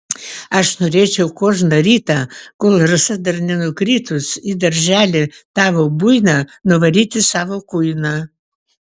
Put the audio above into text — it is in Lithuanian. aš norėčiau kožną rytą kol rasa dar nenukritus į darželį tavo buiną nuvaryti savo kuiną